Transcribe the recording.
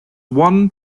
won